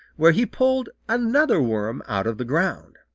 where he pulled another worm out of the ground.